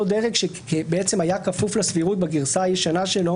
דרג שהיה כפוף לסבירות בגרסה הישנה שלו